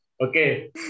Okay